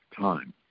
time